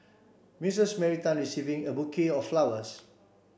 Missus Mary Tan receiving a bouquet of flowers